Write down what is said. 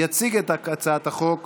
יציג את הצעת החוק